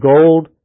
gold